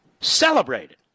celebrated